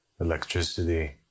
electricity